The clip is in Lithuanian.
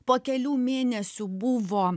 po kelių mėnesių buvo